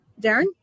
Darren